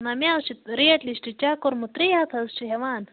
نہ مےٚ حظ چھِ ریٹ لِسٹ چَک کوٚرمُت ترٛے ہَتھ حظ چھِ ہٮ۪وان